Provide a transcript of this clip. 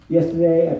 Yesterday